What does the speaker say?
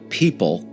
people